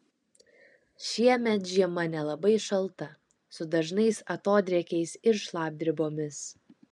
šiemet žiema nelabai šalta su dažnais atodrėkiais ir šlapdribomis